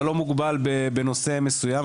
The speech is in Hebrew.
אתה לא מוגבל בנושא מסוים.